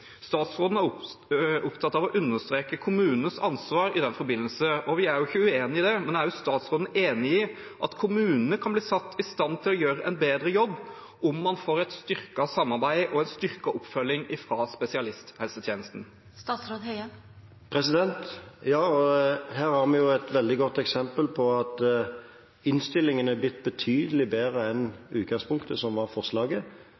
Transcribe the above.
Statsråden er opptatt av å understreke kommunenes ansvar i den forbindelse. Vi er jo ikke uenig i det, men er statsråden enig i at kommunene kan bli satt i stand til å gjøre en bedre jobb om man får et styrket samarbeid og en styrket oppfølging fra spesialisthelsetjenesten? Ja, og her har vi jo et veldig godt eksempel på at innstillingen er blitt betydelig bedre